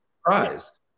Surprise